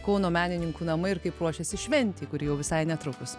kauno menininkų namai ir kaip ruošėsi šventei kuri jau visai netrukus